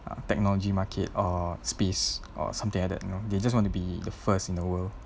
the technology market or space or something like that you know they just wanna be the first in the world